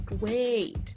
Wait